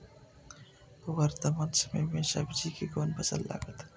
वर्तमान समय में सब्जी के कोन फसल लागत?